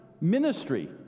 ministry